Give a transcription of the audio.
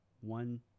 one